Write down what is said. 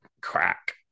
crack